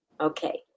Okay